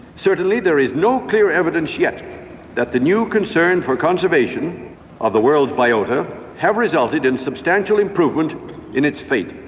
certainly there is no clear evidence yet that the new concern for conservation of the world's biota have resulted in substantial improvement in its fate.